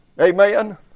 Amen